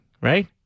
right